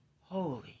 holy